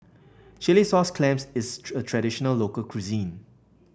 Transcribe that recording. Chilli Sauce Clams is a traditional local cuisine